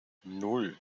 nan